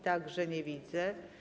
Także nie widzę.